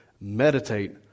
Meditate